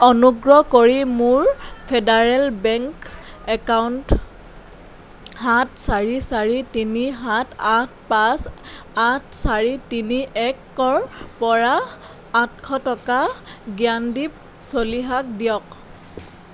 অনুগ্ৰহ কৰি মোৰ ফেডাৰেল বেংক একাউণ্ট সাত চাৰি চাৰি তিনি সাত আঠ পাঁচ আঠ চাৰি তিনি একৰ পৰা আঠশ টকা জ্ঞানদ্বীপ চলিহাক দিয়ক